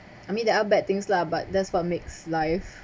I mean there are bad things lah but that's what makes life